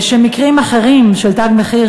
מקרים אחרים של "תג מחיר",